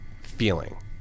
feeling